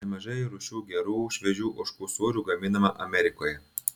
nemažai rūšių gerų šviežių ožkų sūrių gaminama amerikoje